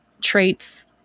traits